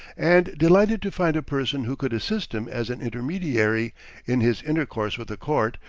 and delighted to find a person who could assist him as an intermediary in his intercourse with the court,